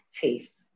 taste